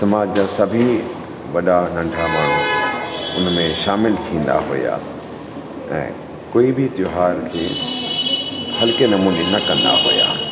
समाज जा सभी वॾा नंढा माण्हू उनमें शामिलु थींदा हुया ऐं कोई बि त्योहार खे हल्के नमूने न कंदा हुया